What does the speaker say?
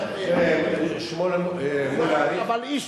כל אחד, תראה מולה, באמת,